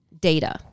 data